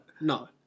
No